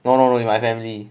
no no no with my family